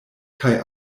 kaj